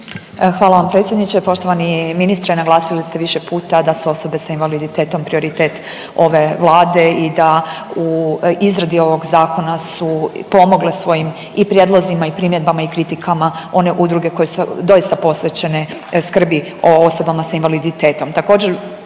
Hvala vam predsjedniče. Poštovani ministre naglasili ste više puta da su osobe s invaliditetom prioritet ove Vlade i da u izradi ovog zakona su pomogle svojim i prijedlozima i primjedbama i kritikama one udruge koje su doista posvećene skrbi o osobama s invaliditetom.